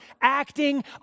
acting